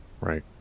Right